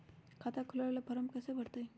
खाता खोलबाबे ला फरम कैसे भरतई?